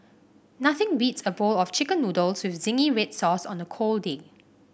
nothing beats a bowl of chicken noodles with zingy red sauce on a cold day